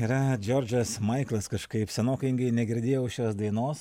yra džordžas maiklas kažkaip senokai negirdėjau šios dainos